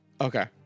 Okay